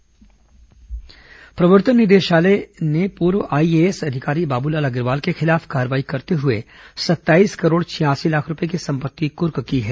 पूर्व IAS ED कार्रवाई प्रवर्तन निदेशालय ईडी ने पूर्व आईएएस अधिकारी बाबूलाल अग्रवाल के खिलाफ कार्रवाई करते हुए सत्ताईस करोड़ छियासी लाख रूपये की संपत्ति कुर्क की है